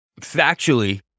factually